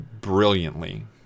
brilliantly